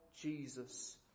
Jesus